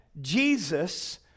Jesus